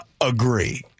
Agree